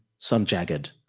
some jagged.